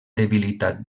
debilitat